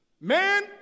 Man